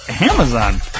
Amazon